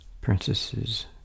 Princesses